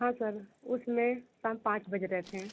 हाँ सर उस में शाम पाँच बज रहे थे